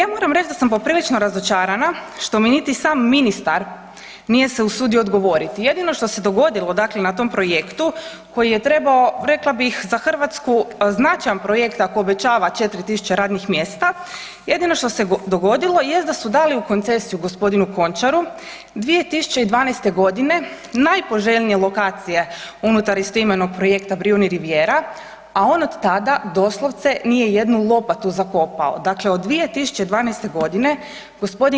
Ja moram reći da sam poprilično razočarana što mi niti sam ministar nije se usudio odgovoriti, jedino što se dogodilo, dakle na tom projektu koji je trebao, rekla bih, za Hrvatsku značajan projekt ako obećava 4 tisuće radnih mjesta, jedino što se dogodilo jest da su dali u koncesiju g. Končaru 2012. g. najpoželjnije lokacije unutar istoimenog projekta Brijuni Rivijera, a on od tada doslovce nije jednu lopatu zakopao, dakle od 2012. g. gdin.